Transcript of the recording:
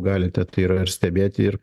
galite tai yra ir stebėti ir